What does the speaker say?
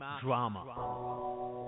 Drama